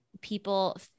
people